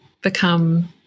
become